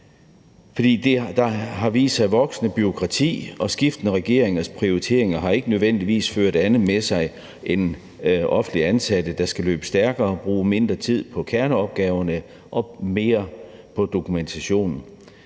der har vist sig voksende bureaukrati, og skiftende regeringers prioriteringer har ikke nødvendigvis ført andet med sig end offentligt ansatte, der skal løbe stærkere og bruge mindre tid på kerneopgaverne og mere på dokumentationen.